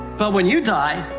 but when you die,